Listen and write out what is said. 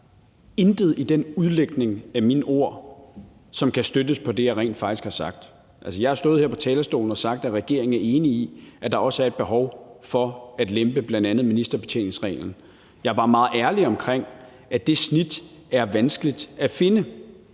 noget i den udlægning af mine ord, som kan støttes på det, jeg rent faktisk har sagt. Jeg har også stået her på talerstolen og sagt, at regeringen er enig i, at der er et behov for at lempe bl.a. ministerbetjeningsreglen. Jeg er bare meget ærlig omkring, at det snit er vanskeligt at finde.